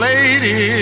Lady